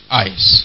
eyes